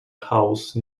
house